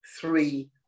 three